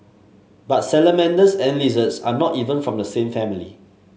but salamanders and lizards are not even from the same family